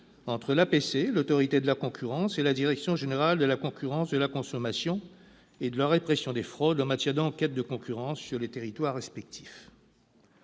entre l'APC, l'Autorité de la concurrence et la Direction générale de la concurrence, de la consommation et de la répression des fraudes- DGCCRF -, en matière d'enquêtes de concurrence sur leurs territoires respectifs.